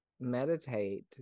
meditate